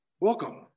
Welcome